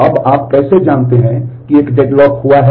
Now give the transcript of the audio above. अब आप कैसे जानते हैं कि एक डेडलॉक हुआ है